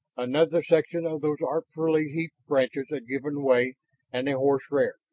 another section of those artfully heaped branches had given way and a horse reared,